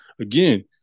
again